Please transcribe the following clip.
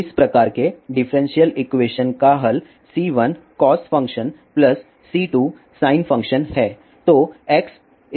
इस प्रकार के डिफरेंशियल इक्वेशन का हल C1 cos function plus C2 sin function है